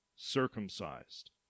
circumcised